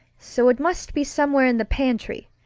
so it must be somewhere in the pantry.